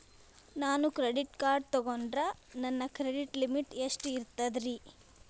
ನಾನು credit card ತೊಗೊಂಡ್ರ ನನ್ನ ಕ್ರೆಡಿಟ್ ಲಿಮಿಟ್ ಎಷ್ಟ ಇರ್ತದ್ರಿ?